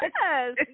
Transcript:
Yes